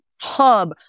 hub